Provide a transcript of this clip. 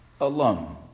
alone